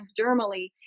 transdermally